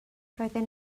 roedden